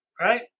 right